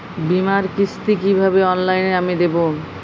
বীমার কিস্তি কিভাবে অনলাইনে আমি দেবো?